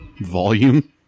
Volume